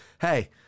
Hey